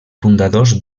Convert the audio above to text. fundadors